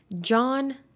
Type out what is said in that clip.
John